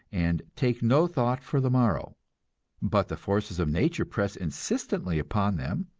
and take no thought for the morrow but the forces of nature press insistently upon them,